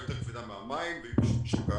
יותר כבדה מהמים והיא שוקעת,